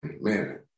man